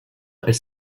elles